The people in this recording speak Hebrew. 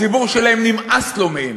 הציבור שלהם, נמאס לו מהם.